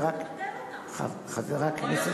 אז תבטל אותן, "שערי משפט"